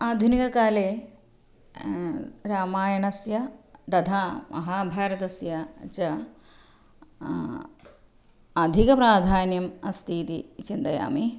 आधुनिकाकाले रामायणस्य तथा महाभारतस्य च अधिकप्राधान्यम् अस्ति इति चिन्तयामि